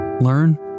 learn